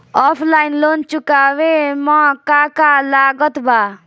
Offline loan चुकावे म का का लागत बा?